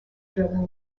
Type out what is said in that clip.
drilling